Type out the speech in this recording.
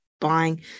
buying